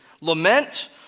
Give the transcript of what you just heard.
Lament